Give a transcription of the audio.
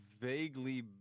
vaguely